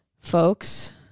Folks